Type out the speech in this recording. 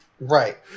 Right